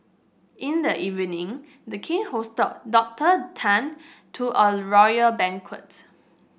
in the evening the king hosted Doctor Tan to a royal banquet